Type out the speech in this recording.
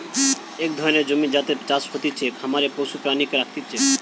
এক ধরণের জমি যাতে চাষ হতিছে, খামারে পশু প্রাণীকে রাখতিছে